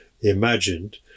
imagined